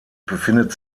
befindet